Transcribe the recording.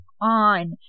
on